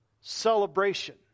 celebration